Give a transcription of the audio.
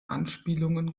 anspielungen